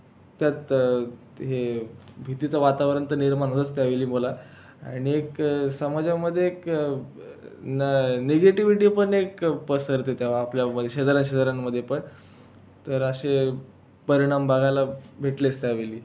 त्यात ते हे भीतीचं वातावरण तर निर्माण होतंच त्यावेळी बोला आणि एक समाजामध्ये एक न निगेटिव्हीटी पण एक पसरते तेव्हा आपल्यामध्ये शेजाऱ्या शेजाऱ्यांमध्ये पण तर असे परिणाम बघायला भेटलेच त्यावेळी